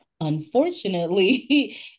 Unfortunately